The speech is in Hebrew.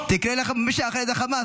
מי שאחראי זה החמאס,